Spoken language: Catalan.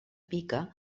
pica